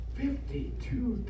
fifty-two